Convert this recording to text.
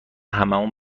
هممون